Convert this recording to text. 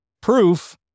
proof